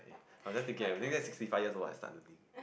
I am just thinking eh maybe get sixty five years old I start learning